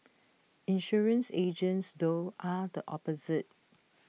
insurance agents though are the opposite